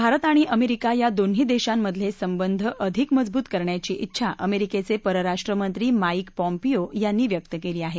भारत आणि अमेरिका या दोन्ही देशांमधले संबंध अधिक मजबूत करण्याची चिछा अमेरिकेचे परराष्ट्रमंत्री माईक पॉम्पिओ यांनी व्यक्त केली आहे